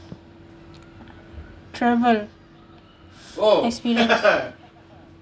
travel experience